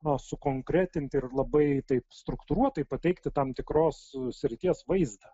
na sukonkretinti ir labai taip struktūruotai pateikti tam tikros srities vaizdą